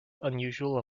unusual